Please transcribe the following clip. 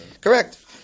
Correct